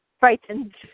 Frightened